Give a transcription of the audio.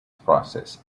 process